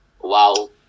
wow